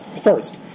First